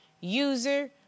user